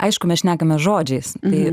aišku mes šnekame žodžiais tai